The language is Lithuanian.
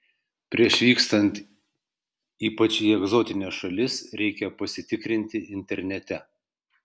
prieš vykstant ypač į egzotines šalis reikia pasitikrinti internete